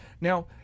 Now